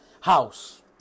house